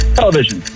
television